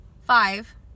five